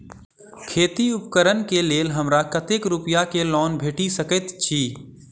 खेती उपकरण केँ लेल हमरा कतेक रूपया केँ लोन भेटि सकैत अछि?